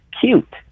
cute